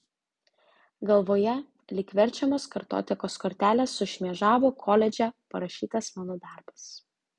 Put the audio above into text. galvoje lyg verčiamos kartotekos kortelės sušmėžavo koledže parašytas mano darbas